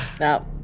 no